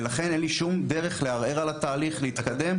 ולכן אין לי שום דרך לערער על התהליך ולהתקדם.